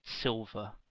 silver